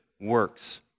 works